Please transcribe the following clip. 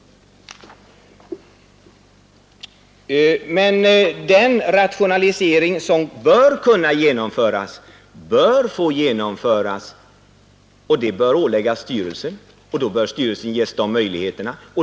Men den rationalisering som kan genomföras bör också genomföras — och det bör åligga styrelsen att göra det. Och styrelsen bör då ges de möjligheterna.